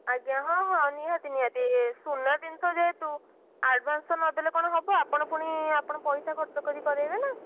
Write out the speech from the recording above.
ଆଜ୍ଞା ହଁ ହଁ ନିହାତି ନିହାତି ସୁନା ଜିନିଷ ଯେହେତୁ ଆଡ଼ଭାନ୍ସ୍ ନଦେଲେ କ'ଣ ହେବ ଆପଣ ପୁଣି ଆପଣ ପଇସା ଖର୍ଚ୍ଚ କରି କରାଇବେନା